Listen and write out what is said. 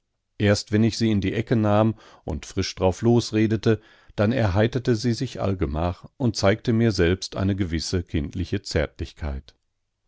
erst wenn ich sie in die ecke nahm und frisch darauflos redete dann erheiterte sie sich allgemach und zeigte mir selbst eine gewisse kindliche zärtlichkeit